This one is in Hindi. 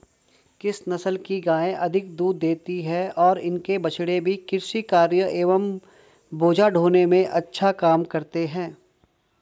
किस नस्ल की गायें अधिक दूध देती हैं और इनके बछड़े भी कृषि कार्यों एवं बोझा ढोने में अच्छा काम करते हैं?